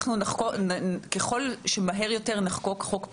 ככל שמהר יותר נחוקק חוק פנדמיות,